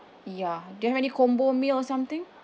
ya do you have any combo meal or something